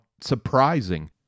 surprising